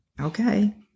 okay